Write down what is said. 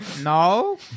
No